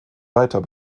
weiter